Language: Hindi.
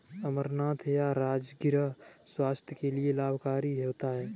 अमरनाथ या राजगिरा स्वास्थ्य के लिए लाभकारी होता है